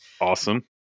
awesome